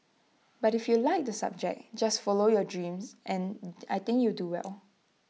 but if you like the subject just follow your dreams and I think you do well